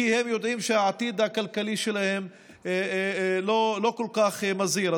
כי הם יודעים שהעתיד הכלכלי שלהם לא כל כך מזהיר.